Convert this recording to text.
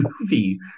movie